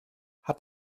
hat